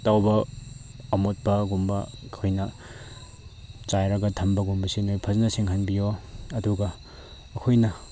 ꯇꯧꯕ ꯑꯃꯣꯠꯄꯒꯨꯝꯕ ꯑꯩꯈꯣꯏꯅ ꯆꯥꯏꯔꯒ ꯊꯝꯕꯒꯨꯝꯕꯁꯦ ꯅꯣꯏ ꯐꯖꯅ ꯁꯦꯡꯍꯟꯕꯤꯌꯣ ꯑꯨꯗꯒ ꯑꯩꯈꯣꯏꯅ